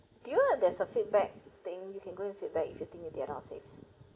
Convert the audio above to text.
do you there's a feedback thing you can go and feedback if you think they're not safe